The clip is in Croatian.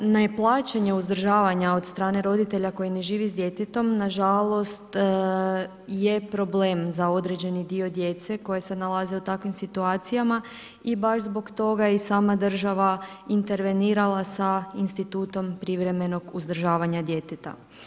Ne plaćanje uzdržavanja od strane roditelja koji ne živi s djetetom, nažalost je problem za određeni dio djece koja se nalaze u takvim situacijama i baš zbog toga i sama država intervenirala sa institutom privremenog uzdržavanja djeteta.